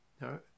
no